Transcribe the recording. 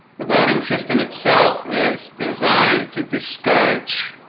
the voting system itself is designed to discourage